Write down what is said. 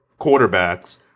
quarterbacks